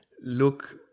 look